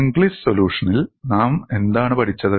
Inglis സൊലൂഷനിൽ നാം എന്താണ് പഠിച്ചത്